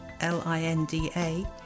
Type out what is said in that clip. l-i-n-d-a